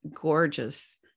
gorgeous